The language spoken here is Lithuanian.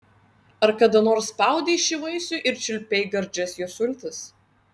ar kada nors spaudei šį vaisių ir čiulpei gardžias jo sultis